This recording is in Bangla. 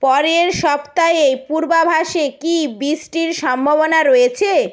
পরের সপ্তাহে পূর্বাভাসে কি বৃষ্টির সম্ভাবনা রয়েছে